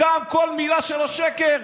כאן כל מילה שלו שקר,